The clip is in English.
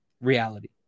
reality